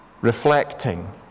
Reflecting